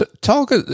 talk